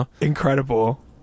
Incredible